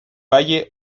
valle